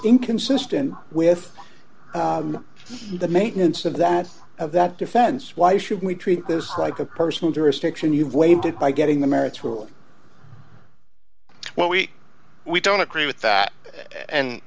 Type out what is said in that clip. inconsistent with the maintenance of that of that defense why should we treat this like a personal jurisdiction you've waived it by getting the merits were well we we don't agree with that and